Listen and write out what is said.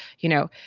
you know,